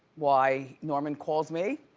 why norman calls me?